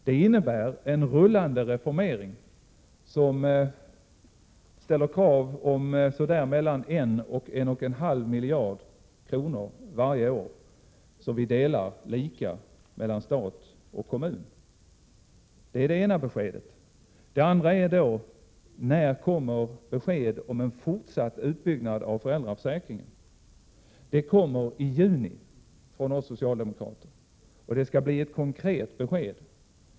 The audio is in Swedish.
Det innebär en rullande reformering, som ställer krav på mellan 1 och 1,5 miljarder kronor varje år som delas lika mellan stat och kommun. Det var det ena beskedet. Det andra gäller den fortsatta utbyggnaden av föräldraförsäkringen. Ett sådant besked kommer i juni från oss socialdemokrater, och det skall bli ett konkret besked.